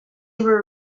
were